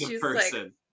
person